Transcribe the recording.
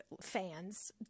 fans